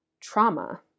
trauma